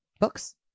Books